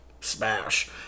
Smash